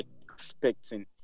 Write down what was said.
expecting